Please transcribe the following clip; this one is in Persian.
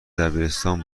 دبیرستان